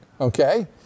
Okay